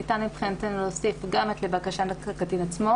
ניתן מבחינתנו להוסיף גם את "לבקשת הקטין עצמו"